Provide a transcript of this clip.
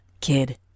kid